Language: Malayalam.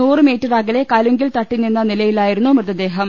നൂറ് മീറ്റർ അകലെ കലുങ്കിൽ തട്ടിനിന്ന നിലയിലായിരുന്നു മൃതദേഹം